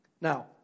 Now